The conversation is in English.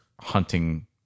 hunting